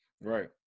Right